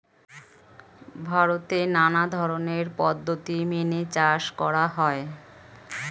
ভারতে নানা ধরনের পদ্ধতি মেনে চাষ করা হয়